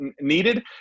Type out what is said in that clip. needed